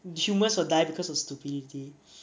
the humans will die because of stupidity